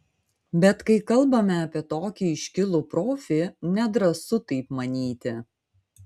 bet kai kalbame apie tokį iškilų profį nedrąsu taip manyti